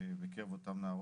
בקרב אותן נערות,